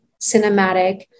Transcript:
cinematic